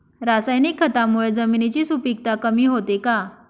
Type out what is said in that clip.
रासायनिक खतांमुळे जमिनीची सुपिकता कमी होते का?